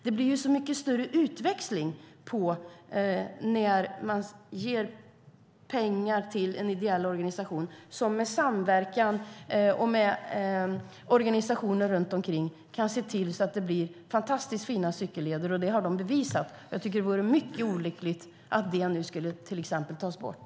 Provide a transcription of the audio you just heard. Det blir ju mycket större utväxling när man ger pengar till en ideell organisation som med samverkan och med organisationer runt omkring kan se till att det blir fantastiskt fina cykelleder. Det har de bevisat. Jag tycker att det vore mycket olyckligt om det nu, till exempel, skulle tas bort.